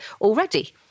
already